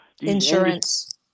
Insurance